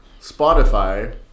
Spotify